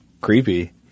Creepy